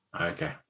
Okay